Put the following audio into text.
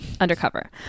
undercover